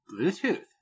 Bluetooth